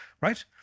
right